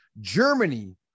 Germany